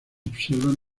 observan